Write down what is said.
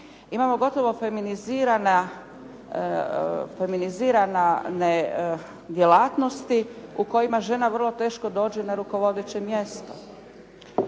Imamo gotovo feminizirane djelatnosti u kojima žena vrlo teško dođe na rukovodeće mjesto.